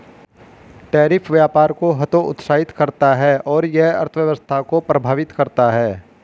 tariff व्यापार को हतोत्साहित करता है और यह अर्थव्यवस्था को प्रभावित करता है